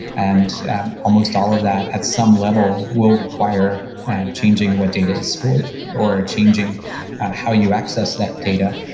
and almost all of that at some level will require changing what data is stored or changing how you access that data.